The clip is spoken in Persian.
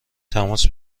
تماس